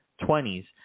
20s